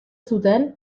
zuten